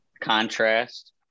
contrast